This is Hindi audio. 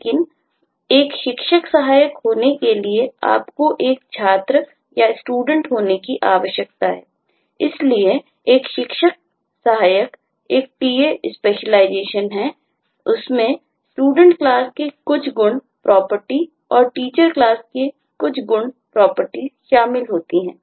लेकिन एक शिक्षण सहायक होने के लिए आपको एक छात्र स्टूडेंट शामिल होती हैं